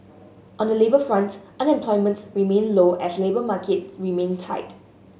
on the labour front unemployment remained low as labour market remained tight